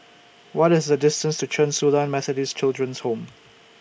What IS The distance to Chen Su Lan Methodist Children's Home